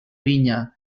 vinya